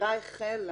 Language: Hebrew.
החקירה החלה.